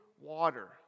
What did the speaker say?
water